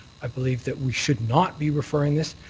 i believe that we should not be referring this.